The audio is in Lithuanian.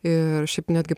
ir šiaip netgi